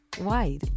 white